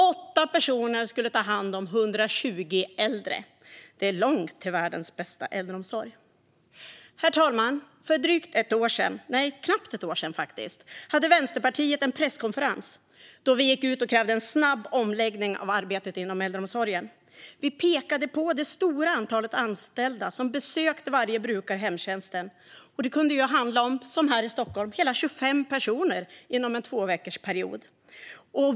Åtta personer skulle ta hand om 120 äldre. Det är långt därifrån till världens bästa äldreomsorg. Herr talman! För knappt ett år sedan hade Vänsterpartiet en presskonferens då vi gick ut och krävde en snabb omläggning av arbetet inom äldreomsorgen. Vi pekade på det stora antalet anställda som besökte varje brukare i hemtjänsten och att det kunde handla om, som här i Stockholm, hela 25 personer inom en tvåveckorsperiod.